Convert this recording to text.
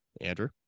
Andrew